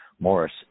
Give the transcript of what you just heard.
morris